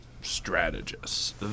strategists